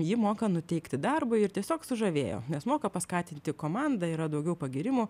ji moka nuteikti darbui ir tiesiog sužavėjo nes moka paskatinti komandą yra daugiau pagyrimų